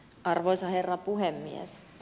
arvoisa herra puhemies